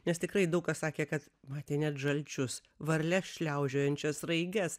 nes tikrai daug kas sakė kad matė net žalčius varles šliaužiojančias sraiges